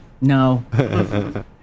No